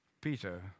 Peter